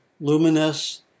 luminous